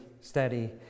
steady